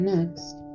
Next